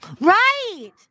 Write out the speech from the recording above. Right